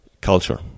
culture